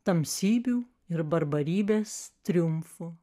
tamsybių ir barbarybės triumfu